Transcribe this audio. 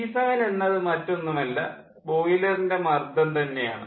പി7 എന്നത് മറ്റൊന്നുമല്ല ബോയിലറിൻ്റെ മർദ്ദം തന്നെയാണ്